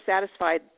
satisfied